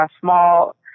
small